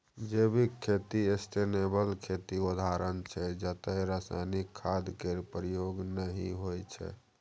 जैविक खेती सस्टेनेबल खेतीक उदाहरण छै जतय रासायनिक खाद केर प्रयोग नहि होइ छै